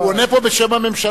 הוא עונה פה בשם הממשלה.